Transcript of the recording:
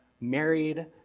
married